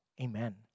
Amen